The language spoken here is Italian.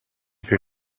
che